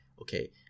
okay